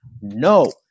No